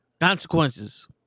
consequences